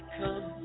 come